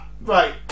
Right